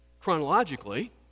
chronologically